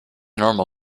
normal